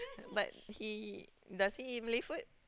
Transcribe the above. but he does he eat Malay food